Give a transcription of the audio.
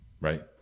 right